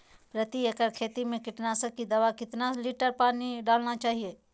प्रति एकड़ खेती में कीटनाशक की दवा में कितना लीटर पानी डालना चाइए?